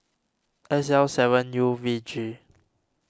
S L seven U V G